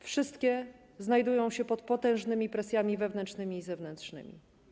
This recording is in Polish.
Wszystkie znajdują się pod potężnymi presjami wewnętrznymi i zewnętrznymi.